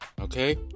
okay